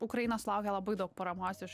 ukraina sulaukė labai daug paramos iš